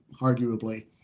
arguably